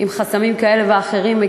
עם חסמים כאלה ואחרים.